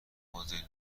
مدل